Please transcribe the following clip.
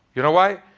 you know why?